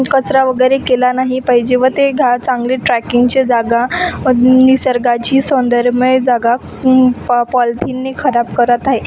कचरा वगैरे केला नाही पाहिजे व ते घा चांगले ट्रॅकिंगची जागा निसर्गाची सौंदर्यमय जागा पॉलथिनने खराब करत आहे